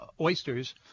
oysters